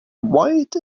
white